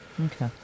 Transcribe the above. Okay